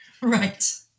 Right